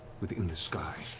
within the sky,